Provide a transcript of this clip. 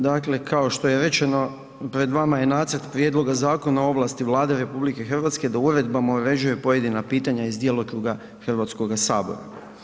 Dakle, kao što se rečeno, pred vama je nacrt prijedloga Zakona o ovlasti Vlade RH da uredbama uređuje pojedina pitanja iz djelokruga Hrvatskoga sabora.